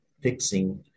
fixing